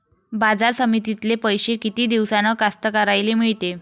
बाजार समितीतले पैशे किती दिवसानं कास्तकाराइले मिळते?